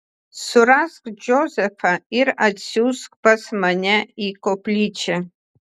surask džozefą ir atsiųsk pas mane į koplyčią